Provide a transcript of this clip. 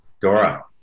Dora